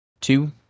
two